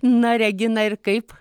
na regina ir kaip